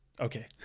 Okay